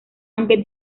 aunque